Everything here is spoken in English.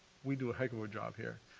we do a heck of a job here,